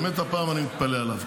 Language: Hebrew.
באמת הפעם אני מתפלא עליו.